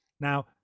Now